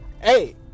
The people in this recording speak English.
hey